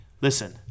listen